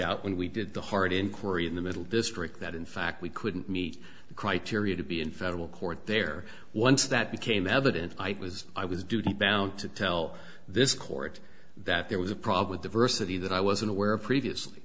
out when we did the hard inquiry in the middle district that in fact we couldn't meet the criteria to be in federal court there once that became evident i was i was duty bound to tell this court that there was a prob with diversity that i wasn't aware of previously